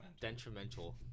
detrimental